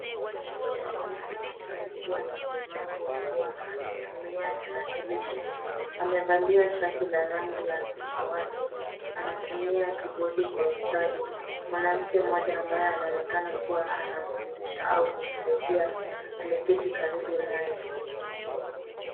Mwanaume ambaye anaonekana kuwa na ulemavu wa kuona akitumia tarakilishi, amevalia shati la rangi ya mawati . Anatumia theological study ,mwanamke mmoja ambaye anaonekana anamfundisha au kumsaidia ameketi karibu naye.